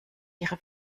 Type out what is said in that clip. ihre